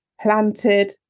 planted